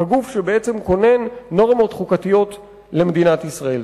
כגוף שבעצם כונן נורמות חוקתיות למדינת ישראל.